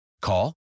Call